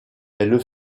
elle